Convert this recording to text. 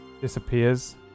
disappears